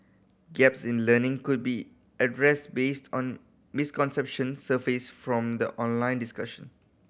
gaps in learning could be addressed based on misconception surfaced from the online discussion